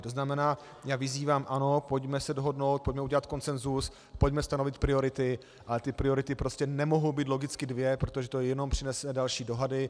To znamená, já vyzývám, ano, pojďme se dohodnout, pojďme udělat konsenzus, pojďme stanovit priority, ale priority prostě nemohou být logicky dvě, protože to jenom přinese další dohady.